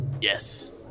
yes